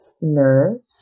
nurse